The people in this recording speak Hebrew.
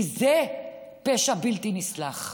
כי זה פשע בלתי נסלח.